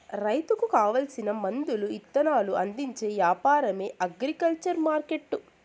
రైతులకు కావాల్సిన మందులు ఇత్తనాలు అందించే యాపారమే అగ్రికల్చర్ మార్కెట్టు